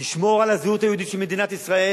נשמור על הזהות היהודית של מדינת ישראל